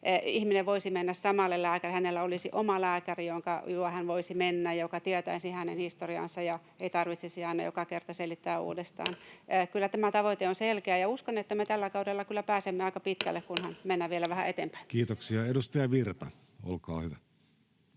ihminen voisi mennä samalle lääkärille: hänellä olisi oma lääkäri, jonka luo hän voisi mennä, joka tietäisi hänen historiansa, ja ei tarvitsisi aina joka kerta selittää uudestaan. Kyllä tämä tavoite on selkeä, ja uskon, että me tällä kaudella kyllä pääsemme aika pitkälle, kunhan mennään vielä vähän eteenpäin. Kiitoksia. — Edustaja Virta, olkaa hyvä.